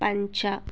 पञ्च